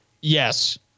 Yes